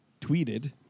tweeted